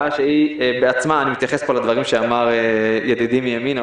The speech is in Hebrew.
ראה שהיא עצמה אני מתייחס פה לדברים שאמר ידידי מימינה,